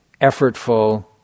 effortful